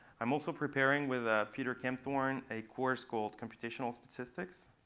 i'm also preparing, with ah peter kempthorne, a course called computational statistics.